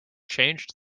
changed